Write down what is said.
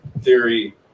theory